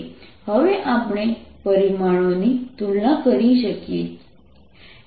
હવે આપણે પરિમાણોની તુલના કરી શકીએ